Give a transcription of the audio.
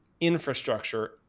infrastructure